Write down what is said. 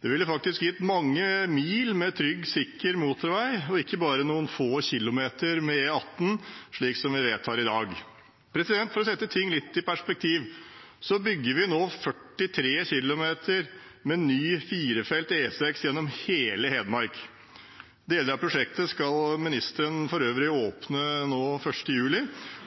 Det ville faktisk gitt mange mil med trygg og sikker motorvei og ikke bare noen få kilometer med E18 – slik vi vedtar i dag. For å sette ting litt i perspektiv: Vi bygger nå 43 km med ny firefelts E6 gjennom hele Hedmark. Deler av prosjekt skal ministeren for øvrig åpne nå 1. juli.